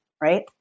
right